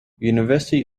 university